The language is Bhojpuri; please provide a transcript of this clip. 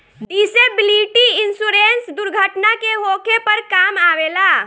डिसेबिलिटी इंश्योरेंस दुर्घटना के होखे पर काम अवेला